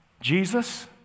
Jesus